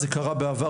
זה קרה בעבר,